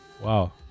Wow